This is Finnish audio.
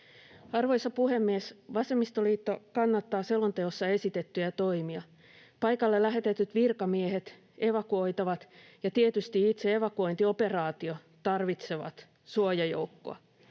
Arvoisa puhemies! Vasemmistoliitto kannattaa selonteossa esitettyjä toimia. Paikalle lähetetyt virkamiehet, evakuoitavat ja tietysti itse evakuointioperaatio tarvitsevat suojajoukkoa.